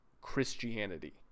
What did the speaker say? Christianity